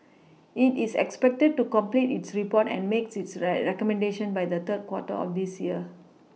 it is expected to complete its report and make its red recommendations by the third quarter of this year